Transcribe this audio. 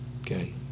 Okay